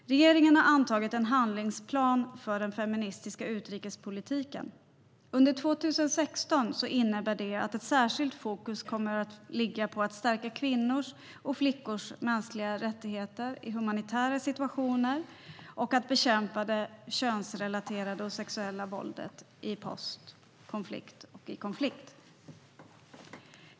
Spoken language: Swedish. Regeringen har antagit en handlingsplan för den feministiska utrikespolitiken. Under 2016 innebär det att särskilt fokus kommer att ligga på att stärka kvinnors och flickors mänskliga rättigheter i humanitära situationer och att bekämpa det könsrelaterade och sexuella våldet i postkonflikt och konflikt.